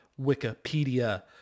wikipedia